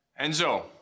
Enzo